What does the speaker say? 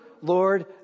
lord